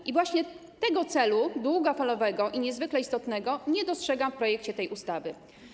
I właśnie tego celu długofalowego i niezwykle istotnego nie dostrzegam w projekcie tej ustawy.